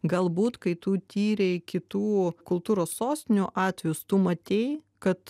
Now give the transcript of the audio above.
galbūt kai tu tyrei kitų kultūros sostinių atvejus tu matei kad